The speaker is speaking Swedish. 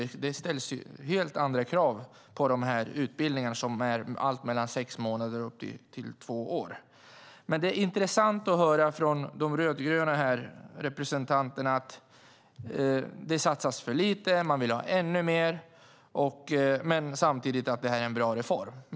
Det ställs helt andra krav för dessa utbildningar som är allt mellan sex månader upp till två år. Det är intressant att här höra från de rödgröna representanterna att det satsas för lite och att man vill ha ännu mer. Samtidigt säger de att det är en bra reform.